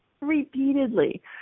repeatedly